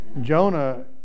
Jonah